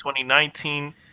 2019